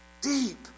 deep